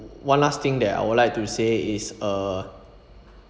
one last thing that I would like to say is uh